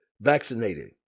vaccinated